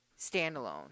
standalone